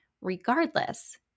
regardless